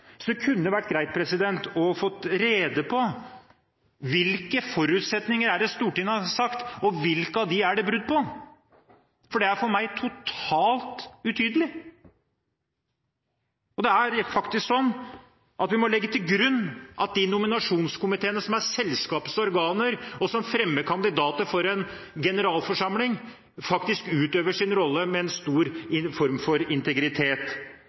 Så det kunne vært greit å få rede på hvilke forutsetninger det er Stortinget har satt, og hvilke av dem det er brudd på, for det er for meg totalt utydelig. Vi må legge til grunn at de nominasjonskomiteene som er selskapenes organer, og som fremmer kandidater for en generalforsamling, faktisk utøver sin rolle med stor integritet. Men selvfølgelig er det en